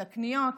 את הקניות,